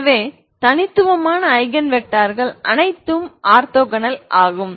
எனவே தனித்துவமான ஐகன் வெக்டார்கள் அனைத்தும் ஆர்த்தோகனல் ஆகும்